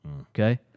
Okay